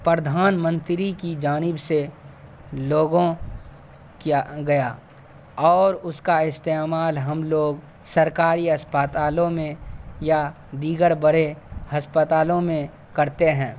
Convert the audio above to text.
پردھان منتری کی جانب سے لوگوں کیا گیا اور اس کا استعمال ہم لوگ سرکاری اسپتالوں میں یا دیگر بڑے ہسپتالوں میں کرتے ہیں